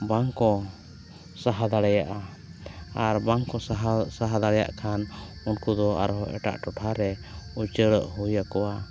ᱵᱟᱝ ᱠᱚ ᱥᱟᱦᱟᱣ ᱫᱟᱲᱮᱭᱟᱜᱼᱟ ᱟᱨ ᱵᱟᱝᱠᱚ ᱥᱟᱦᱟᱣ ᱥᱟᱦᱟᱣ ᱫᱟᱲᱮᱭᱟᱜ ᱠᱷᱟᱱ ᱩᱱᱠᱩ ᱫᱚ ᱟᱨᱦᱚᱸ ᱮᱴᱟᱜ ᱴᱚᱴᱷᱟᱨᱮ ᱩᱪᱟᱹᱲᱚᱜ ᱦᱩᱭ ᱟᱠᱚᱣᱟ